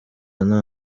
nta